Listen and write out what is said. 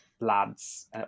lads